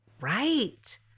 right